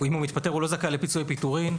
אם הוא מתפטר הוא לא זכאי לפיצויי פיטורין,